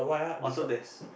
Autodesk